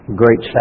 great